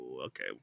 Okay